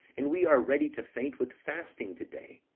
and we are ready to faint with fasting today?